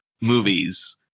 movies